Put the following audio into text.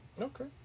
Okay